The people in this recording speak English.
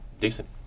Decent